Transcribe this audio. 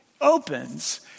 opens